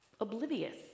oblivious